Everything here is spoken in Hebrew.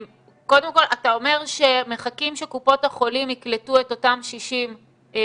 קודם כל אתה אומר שמחכים שקופות החולים יקלטו את אותם 60 רופאים.